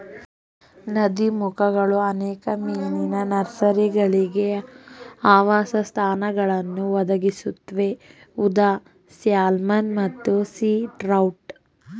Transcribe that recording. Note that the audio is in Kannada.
ನದೀಮುಖಗಳು ಅನೇಕ ಮೀನಿನ ನರ್ಸರಿಗಳಿಗೆ ಆವಾಸಸ್ಥಾನಗಳನ್ನು ಒದಗಿಸುತ್ವೆ ಉದಾ ಸ್ಯಾಲ್ಮನ್ ಮತ್ತು ಸೀ ಟ್ರೌಟ್